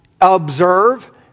observe